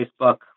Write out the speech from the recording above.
Facebook